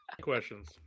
Questions